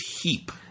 Heap